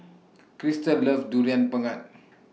Kristal loves Durian Pengat